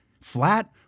Flat